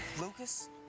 Lucas